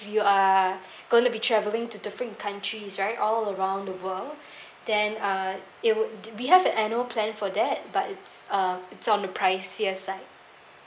you are gonna be travelling to different countries right all around the world then uh it would we have an annual plan for that but it's uh it's on the pricier side